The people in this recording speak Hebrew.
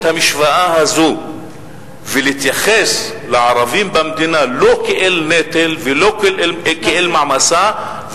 המשוואה הזאת ולהתייחס לערבים במדינה לא כאל נטל ולא כאל מעמסה?